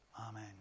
Amen